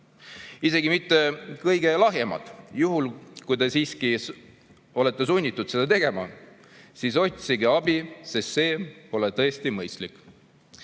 Isegi mitte kõige lahjemat. Juhul kui te siiski olete sunnitud seda tegema, siis otsige abi, sest see pole tõesti mõistlik.